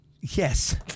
Yes